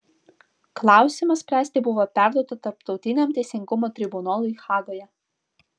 klausimą spręsti buvo perduota tarptautiniam teisingumo tribunolui hagoje